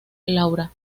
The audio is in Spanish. laura